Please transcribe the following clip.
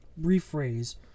rephrase